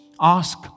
Ask